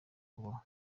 kubaho